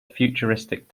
futuristic